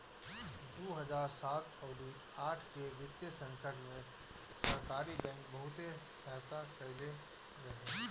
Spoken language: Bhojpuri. दू हजार सात अउरी आठ के वित्तीय संकट में सहकारी बैंक बहुते सहायता कईले रहे